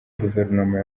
guverinoma